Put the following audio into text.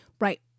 Right